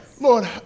Lord